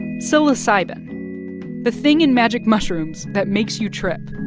psilocybin the thing in magic mushrooms that makes you trip.